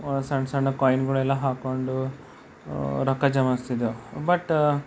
ಸಣ್ಣ ಸಣ್ಣ ಕಾಯಿನ್ಗಳೆಲ್ಲಾ ಹಾಕ್ಕೊಂಡು ರೊಕ್ಕ ಜಮಾಯ್ಸ್ತಿದ್ದೆವು ಬಟ್ಟ